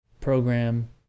program